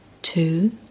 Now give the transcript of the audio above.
Two